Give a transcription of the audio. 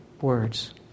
words